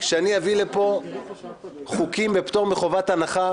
כשאני אביא לפה חוקים לפטור מחובת הנחה